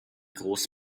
groß